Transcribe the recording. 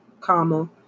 comma